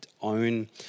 own